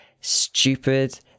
stupid